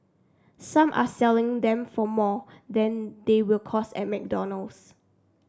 some are selling them for more than they will cost at McDonald's